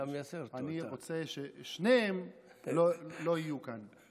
אני רוצה ששניהם לא יהיו כאן.